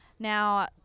Now